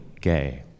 gay